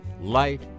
light